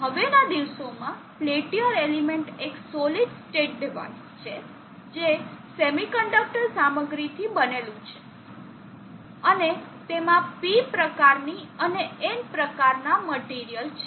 હવે ના દિવસોમાં પેલ્ટીયર એલિમેન્ટ એક સોલિડ સ્ટેટ ડિવાઇસ છે તે સેમિકન્ડક્ટર સામગ્રીથી બનેલું છે અને તેમાં P પ્રકારની અને N પ્રકારના મટીરીઅલ છે